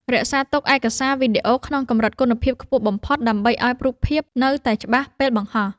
រក្សាទុកឯកសារវីដេអូក្នុងកម្រិតគុណភាពខ្ពស់បំផុតដើម្បីឱ្យរូបភាពនៅតែច្បាស់ពេលបង្ហោះ។